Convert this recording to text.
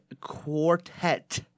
Quartet